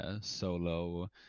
solo